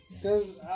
Cause